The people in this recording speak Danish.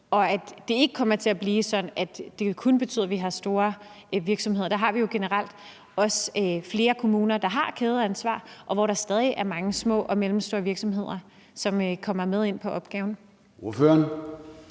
og at det ikke kommer til at blive sådan, at vi kun har store virksomheder? Der har vi jo generelt flere kommuner, der har indført kædeansvar, og hvor der stadig er mange små og mellemstore virksomheder, som kommer med på opgaverne.